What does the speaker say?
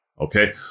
Okay